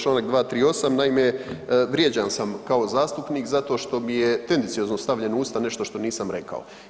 Čl. 238., naime, vrijeđan sam kao zastupnik zato što mi je tendenciozno stavljeno u usta nešto što nisam rekao.